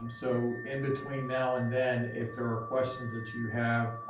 um so in between now and then, if there are questions that you have,